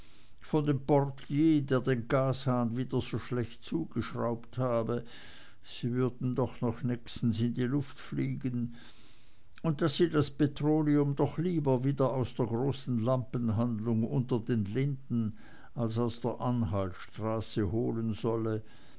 von dem portier der den gashahn wieder so schlecht zugeschraubt habe sie würden doch noch nächstens in die luft fliegen und daß sie das petroleum doch lieber wieder aus der großen lampenhandlung unter den linden als aus der anhaltstraße holen solle